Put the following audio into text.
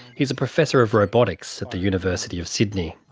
he's a professor of robotics at the university of sydney.